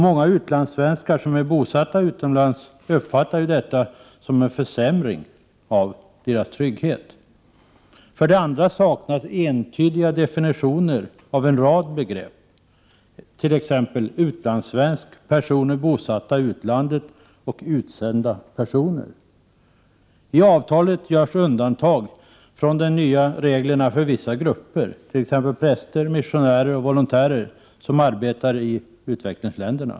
Många utlandssvenskar som är bosatta utomlands uppfattar detta som en försämring av tryggheten. Vidare saknas entydiga definitioner av en rad begrepp, t.ex. utlandssvensk, personer bosatta i utlandet och utsända personer. T avtalet görs undantag från de nya reglerna för vissa grupper, t.ex. präster, missionärer och volontärer som arbetar i utvecklingsländer.